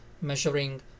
measuring